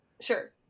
Sure